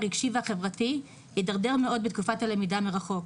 הרגשי והחברתי התדרדר מאוד בתקופת הלמידה מרחוק,